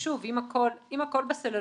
שוב, אם הכול בסלולרי,